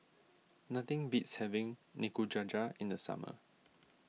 nothing beats having Nikujaga in the summer